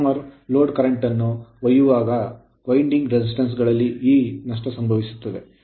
ಟ್ರಾನ್ಸ್ farmer load current ಅನ್ನು ಒಯ್ಯುವಾಗ winding resistance ಗಳಲ್ಲಿ ಈ ನಷ್ಟಸಂಭವಿಸುತ್ತದೆ